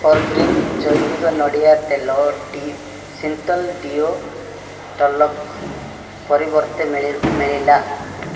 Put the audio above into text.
Forgreen ଜୈବିକ ନଡ଼ିଆ ତେଲ ଡି ସିନ୍ତଲ୍ ଡିଓ ଟାଲ୍କ୍ ପରିବର୍ତ୍ତେ ମିଳି ମିଳିଲା